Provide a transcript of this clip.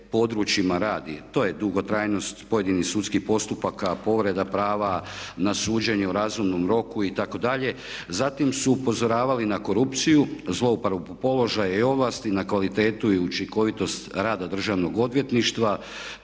područjima radi. To je dugotrajnost pojedinih sudskih postupaka, povreda prava na suđenje u razumnom roku itd. Zatim su upozoravali na korupciju, zlouporabu položaja i ovlasti, na kvalitetu i učinkovitost rada Državnog odvjetništva